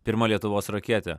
pirma lietuvos raketė